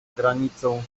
granicą